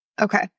Okay